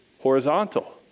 horizontal